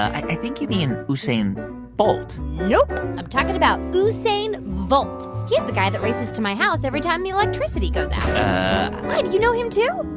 i think you mean usain bolt nope, i'm talking about usain volt. he's the guy that races to my house every time the electricity goes out. why? do you know him, too?